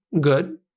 good